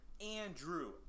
Andrew